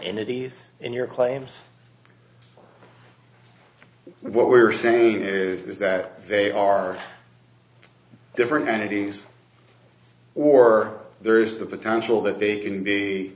entities and your claims what we're saying is that they are different entities or there is the potential that they can be